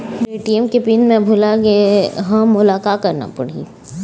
मोर ATM के PIN मैं भुला गैर ह, मोला का करना पढ़ही?